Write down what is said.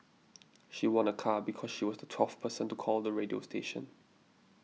she won a car because she was the twelfth person to call the radio station